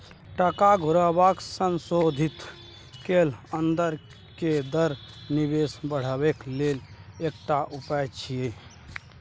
टका घुरेबाक संशोधित कैल अंदर के दर निवेश बढ़ेबाक लेल एकटा उपाय छिएय